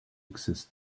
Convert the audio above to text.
exist